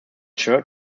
shirt